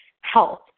health